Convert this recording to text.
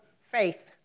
faith